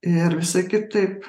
ir sakyt taip